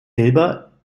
silber